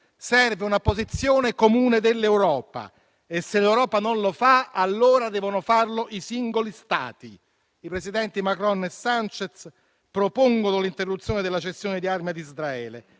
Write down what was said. serve una posizione comune dell'Europa e, se l'Europa non lo fa, allora devono farlo i singoli Stati. I presidenti Macron e Sanchez propongono l'interruzione della cessione di armi ad Israele.